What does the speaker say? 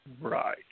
Right